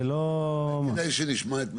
כדאי שנשמע את --- בסדר,